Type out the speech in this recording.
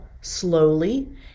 slowly